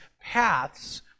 paths